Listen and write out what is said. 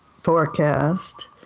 forecast